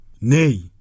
Nay